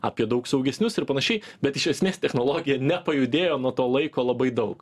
apie daug saugesnius ir panašiai bet iš esmės technologija nepajudėjo nuo to laiko labai daug